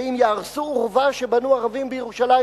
ואם יהרסו אורווה שבנו ערבים בירושלים